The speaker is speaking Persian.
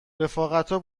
رفاقتا